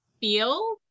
feel